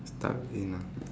stuck in ah